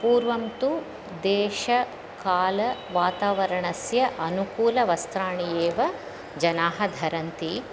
पूर्वं तु देशकालवातावरणस्य अनुकूलवस्त्राणि एव जनाः धरन्ति